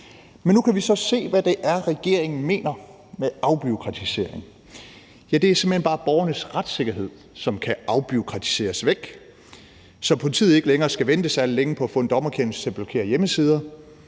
Men nu kan vi så se, hvad regeringen mener med afbureaukratisering. Det er simpelt hen bare borgernes retssikkerhed, som kan afbureaukratiseres væk, så politiet ikke længere skal vente særlig længe på at få en dommerkendelse til at blokere hjemmesider,